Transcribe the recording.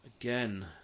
Again